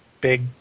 big